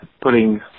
putting